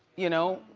you know?